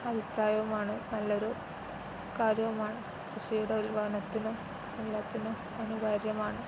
അഭിപ്രായവുമാണ് നല്ലൊരു കാര്യവുമാണ് കൃഷിയുടെ ഉല്പാദനത്തിനും എല്ലാത്തിനും അനിവാര്യമാണ്